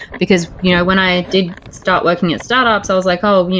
because you know when i did start working at startups i was like, oh,